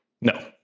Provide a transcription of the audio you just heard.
no